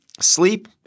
sleep